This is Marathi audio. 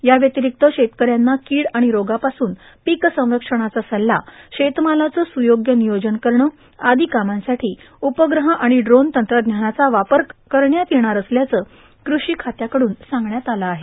याव्यतिरिक्त शेतकऱ्यांना किड आणि रोगापासून पीक संरक्षणाचा सल्ला शेतमालाचं सुयोग्य नियोजन करणं आदी कामांसाठी उपग्रह आणि ड्रोन तंत्रज्ञानाचा वापर करण्यात येणार असल्याचं कृषी खात्याकडून सांगण्यात आलं आहे